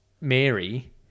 Mary